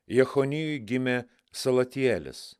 jechonijui gimė salatielis